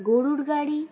গরুর গাড়ি